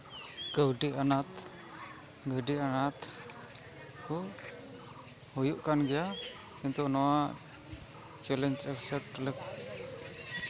ᱠᱟᱹᱣᱰᱤ ᱟᱱᱟᱴ ᱜᱟᱹᱰᱤ ᱟᱱᱟᱴ ᱠᱚ ᱦᱩᱭᱩᱜ ᱠᱟᱱ ᱜᱮᱭᱟ ᱱᱤᱛᱚᱜ ᱱᱚᱣᱟ ᱪᱮᱞᱮᱧᱡᱽ ᱮᱠᱥᱮᱯᱴ